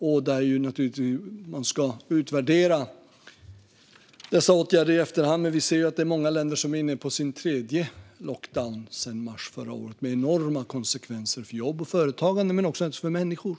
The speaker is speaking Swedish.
Man ska naturligtvis utvärdera dessa åtgärder i efterhand, men vi ser att många länder är inne på sin tredje lockdown sedan mars förra året, med enorma konsekvenser för jobb och företagande men naturligtvis också för människor.